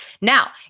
Now